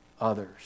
others